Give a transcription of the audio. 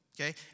Okay